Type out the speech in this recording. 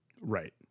Right